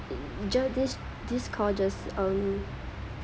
just this this call just um